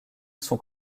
sont